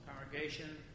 Congregation